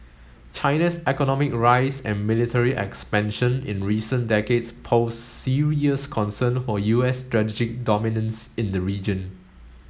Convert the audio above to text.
China's economic rise and military expansion in recent decades pose serious concerns for U S strategic dominance in the region